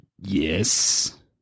yes